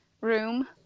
room